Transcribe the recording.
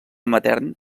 matern